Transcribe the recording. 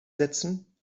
setzen